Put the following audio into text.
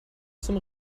zum